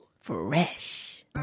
Fresh